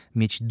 mieć